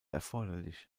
erforderlich